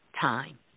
time